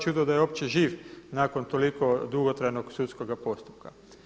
Čudo je da je uopće živ nakon toliko dugotrajnog sudskoga postupka.